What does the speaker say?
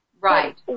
Right